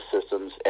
systems